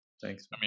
Thanks